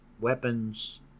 Weapons